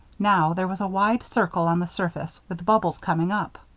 now, there was a wide circle on the surface, with bubbles coming up.